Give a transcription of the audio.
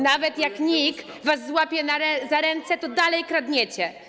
Nawet jak NIK was złapie za ręce, to dalej kradniecie.